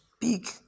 big